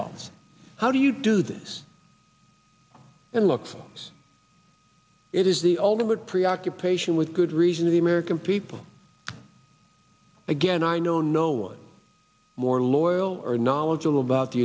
dollars how do you do this and look it is the ultimate preoccupation with good reason to the american people again i know no one more loyal or knowledgeable about the